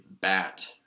bat